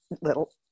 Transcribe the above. little